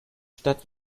stadt